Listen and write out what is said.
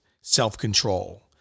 self-control